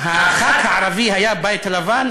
הח"כ הערבי היה בבית הלבן,